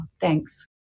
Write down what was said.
Thanks